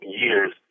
years